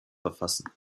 verfassen